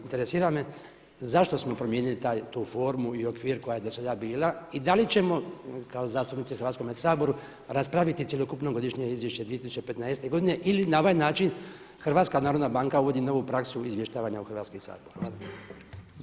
Interesira me zašto smo promijenili tu formu i okvir koja je do sada bila i da li ćemo kao zastupnici u Hrvatskome saboru raspraviti cjelokupno godišnje izvješće 2015. godine ili na ovaj način HNB uvodi novu praksu izvještavanja u Hrvatski sabor?